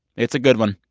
it's a good one.